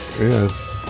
Yes